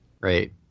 Right